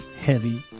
Heavy